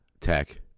Tech